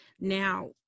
now